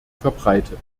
verbreitet